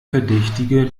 verdächtige